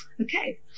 Okay